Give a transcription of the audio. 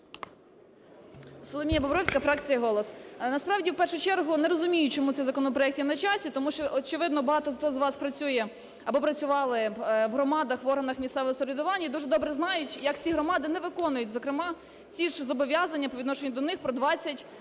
Соломія Бобровська, фракція "Голос". Насправді в першу чергу не розумію, чому цей законопроект є на часі, тому що, очевидно, багато хто з вас працює або працювали в громадах, в органах місцевого самоврядування і дуже добре знають, як ці ж громади не виконують зокрема ці ж зобов'язання по відношенню до них про 20